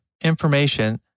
information